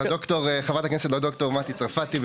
ד"ר וחברת הכנסת מטי צרפתי,